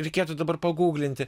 reikėtų dabar paguglinti